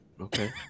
okay